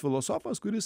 filosofas kuris